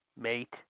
Mate